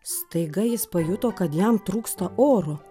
staiga jis pajuto kad jam trūksta oro